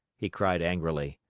he cried angrily.